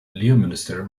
leominster